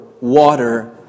water